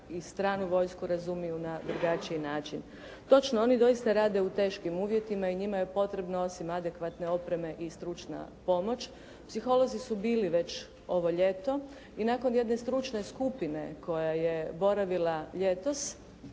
i stranu vojsku razumiju na drugačiji način. Točno, oni doista rade u teškim uvjetima i njima je potrebno osim adekvatne opreme i stručna pomoć. Psiholozi su bili već ovo ljeto i nakon jedne stručne skupine koja je boravila ljetos,